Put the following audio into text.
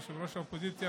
ראש האופוזיציה,